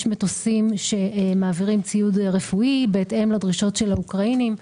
יש מטוסים שמעבירים ציוד רפואי בהתאם לדרישות של האוקראינים,